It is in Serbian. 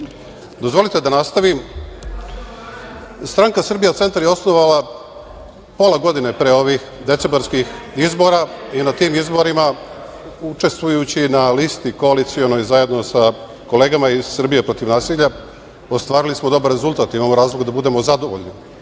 pare. Dozvolite da nastavim. Stranka Srbija centar je osnovana pola godine pre ovih decembarskih izbora, i na tim izborima, učestvujući na listi koalicionoj zajedno sa kolegama iz Srbija protiv nasilja, ostvarili smo dobar rezultat, imamo razloga da budemo zadovoljni.